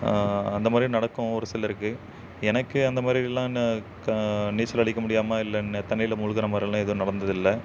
அந்த மாதிரி நடக்கும் ஒரு சிலருக்கு எனக்கு அந்த மாதிரிலாம் நான் கா நீச்சல் அடிக்க முடியாமல் இல்லைன்னு தண்ணியில் முழ்கற மாதிரிலாம் எதுவும் நடந்ததில்லை